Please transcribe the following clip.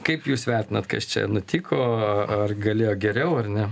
kaip jūs vertinat kas čia nutiko ar galėjo geriau ar ne